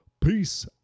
Peace